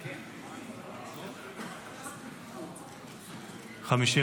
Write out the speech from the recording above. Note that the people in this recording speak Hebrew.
בדבר תוספת תקציב לא נתקבלו.